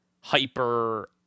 hyper